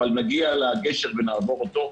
נגיע לגשר ונעבור אותו.